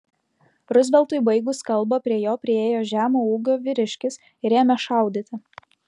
ruzveltui baigus kalbą prie jo priėjo žemo ūgio vyriškis ir ėmė šaudyti